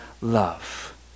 love